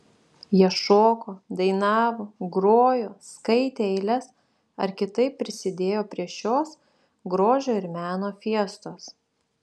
jie šoko dainavo grojo skaitė eiles ar kitaip prisidėjo prie šios grožio ir meno fiestos